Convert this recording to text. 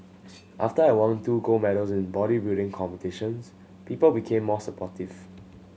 after I won two gold medals in bodybuilding competitions people became more supportive